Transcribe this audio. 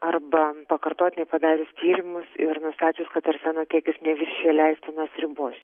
arba pakartotinai padarius tyrimus ir nustačius kad arseno kiekis neviršija leistinos ribos